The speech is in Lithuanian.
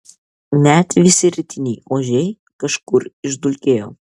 net visi rytiniai ožiai kažkur išdulkėjo